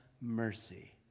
mercy